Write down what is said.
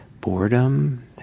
boredom